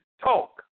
talk